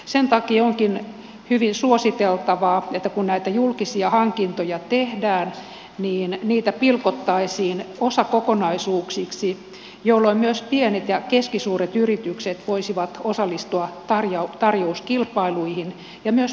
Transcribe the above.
sen takia onkin hyvin suositeltavaa että kun näitä julkisia hankintoja tehdään niin niitä pilkottaisiin osakokonaisuuksiksi jolloin myös pienet ja keskisuuret yritykset voisivat osallistua tarjouskilpailuihin ja myös menestyä niissä